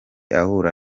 ahura